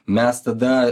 mes tada